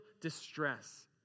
distress